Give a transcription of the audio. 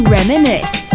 Reminisce